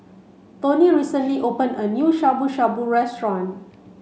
Toni recently open a new Shabu Shabu restaurant